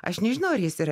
aš nežinau ar jis yra